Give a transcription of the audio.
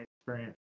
experience